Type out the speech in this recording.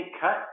cut